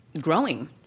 growing